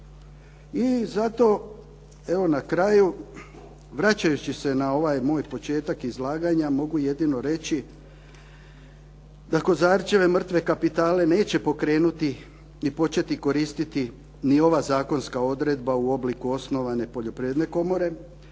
I zato, evo na kraju vračajući se na ovaj moj početak izlaganja mogu jedino reći da Kozarčeve mrtve kapitale neće pokrenuti ni početi koristiti ni ova zakonska odredba u obliku osnovane Poljoprivredne komore,